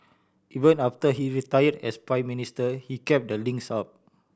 even after he retired as Prime Minister he kept the links up